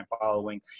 following